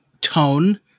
tone